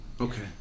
Okay